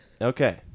okay